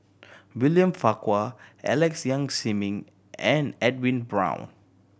William Farquhar Alex Yam Ziming and Edwin Brown